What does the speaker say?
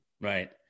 Right